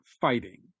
fighting